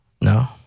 No